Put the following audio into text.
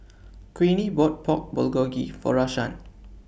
Queenie bought Pork Bulgogi For Rashaan